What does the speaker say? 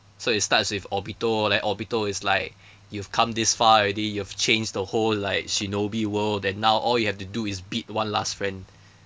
so it starts with obito then obito is like you've come this far already you've changed the whole like shinobi world then now all you have to do is beat one last friend